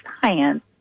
science